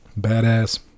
badass